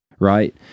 Right